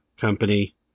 company